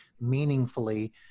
meaningfully